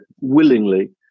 willingly